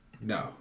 No